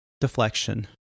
deflection